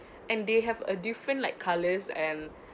and they have a different like colours and